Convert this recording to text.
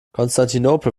konstantinopel